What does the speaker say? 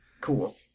Cool